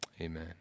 Amen